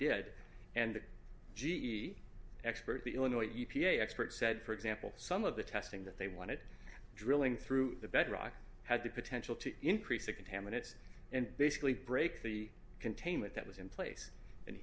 did and the g e expert the illinois e p a expert said for example some of the testing that they wanted drilling through the bedrock had the potential to increase the contaminants and basically break the containment that was in place and